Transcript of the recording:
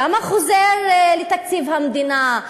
כמה חוזר לתקציב המדינה?